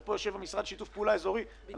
ופה יושב המשרד לשיתוף פעולה אזורי אגב,